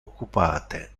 occupate